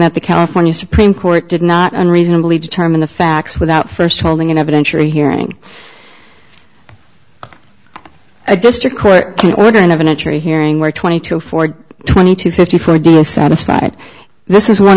that the california supreme court did not unreasonably determine the facts without first holding an evidentiary hearing a district court order and of an attorney hearing where twenty two for twenty two fifty four deal satisfied this is one